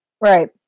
Right